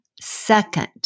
second